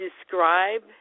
describe